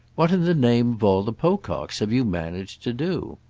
what in the name of all the pococks have you managed to do?